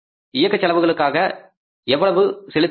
இயக்க செலவுகளுக்காக எவ்வளவு செலுத்த வேண்டும்